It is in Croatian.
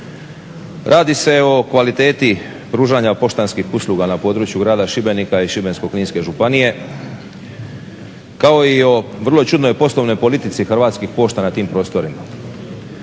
Radi se o kvaliteti pružanja poštanskih usluga na području grada Šibenika i Šibensko-kninske županije kao i o vrlo čudnoj poslovnoj politici Hrvatskih pošta na tim prostorima.